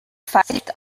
pfeift